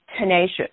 tenacious